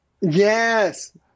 Yes